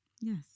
Yes